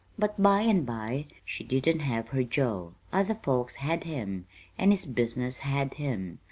but by and by she didn't have her joe. other folks had him and his business had him.